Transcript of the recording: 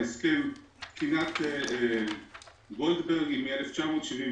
תקינת גולדברג היא מ-1977,